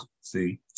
see